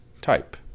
type